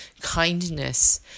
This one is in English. kindness